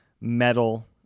metal